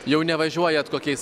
jau nevažiuojat kokiais